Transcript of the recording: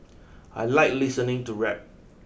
I like listening to rap